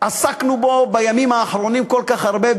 עסקנו בו בימים האחרונים כל כך הרבה,